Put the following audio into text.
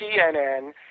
CNN